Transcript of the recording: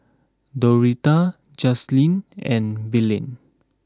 Doretta Justyn and Belen